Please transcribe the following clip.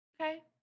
Okay